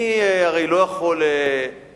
אני הרי לא יכול להתייחס,